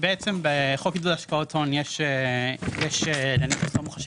בעצם בחוק עידוד השקעות הון יש לנכס לא מוחשי